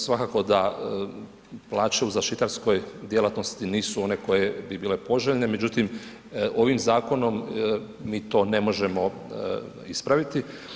Svakako da plaće u zaštitarskoj djelatnosti nisu one koje bi bile poželjne, međutim ovim zakonom mi to ne možemo ispraviti.